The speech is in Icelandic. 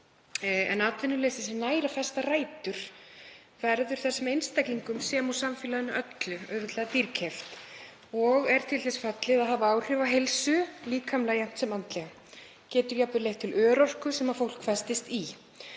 Atvinnuleysi sem nær að festa rætur verður þessum einstaklingum sem og samfélaginu öllu auðveldlega dýrkeypt og er til þess fallið að hafa áhrif á heilsu, líkamlega jafnt sem andlega, getur jafnvel leitt til örorku sem fólk festist í.